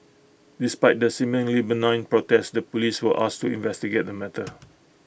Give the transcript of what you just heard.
despite the seemingly benign protest the Police were asked to investigate the matter